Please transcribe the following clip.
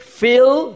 fill